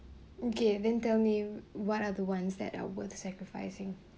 okay then tell me what are the ones that are worth sacrificing